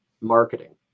marketing